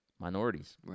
minorities